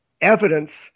evidence